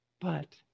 but-